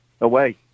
away